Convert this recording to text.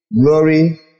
glory